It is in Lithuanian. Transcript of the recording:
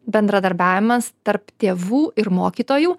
bendradarbiavimas tarp tėvų ir mokytojų